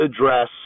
address